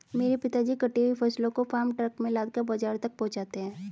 मेरे पिताजी कटी हुई फसलों को फार्म ट्रक में लादकर बाजार तक पहुंचाते हैं